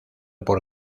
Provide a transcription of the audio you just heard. por